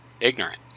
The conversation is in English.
ignorant